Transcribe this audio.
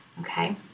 okay